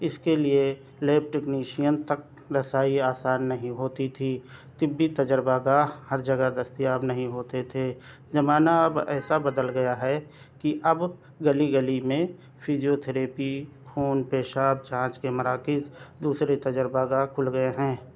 اس کے لئے lab technician تک رسائی آسان نہیں ہوتی تھی طبی تجربہ گاہ ہر جگہ دستیاب نہیں ہوتے تھے زمانہ اب ایسا بدل گیا ہے کہ اب گلی گلی میں فیزیوتھریپی خون پیشاب جانچ کے مراکز دوسرے تجربہ گاہ کھل گئے ہیں